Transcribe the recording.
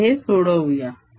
आता हे सोडवू या